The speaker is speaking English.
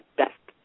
best